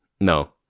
No